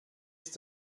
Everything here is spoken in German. ist